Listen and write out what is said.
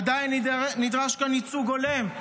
עדיין נדרש כאן ייצוג הולם,